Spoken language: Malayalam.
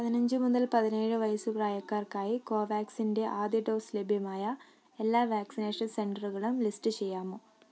പതിനഞ്ച് മുതൽ പതിനേഴ് വയസ്സ് പ്രായക്കാർക്കായി കോവാക്സിൻ്റെ ആദ്യ ഡോസ് ലഭ്യമായ എല്ലാ വാക്സിനേഷൻ സെൻ്ററുകളും ലിസ്റ്റ് ചെയ്യാമോ